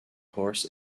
horse